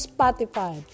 Spotify